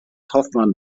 hoffmann